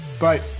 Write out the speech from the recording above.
Bye